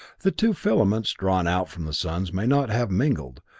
the two filaments drawn out from the suns may not have mingled,